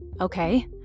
Okay